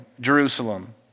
Jerusalem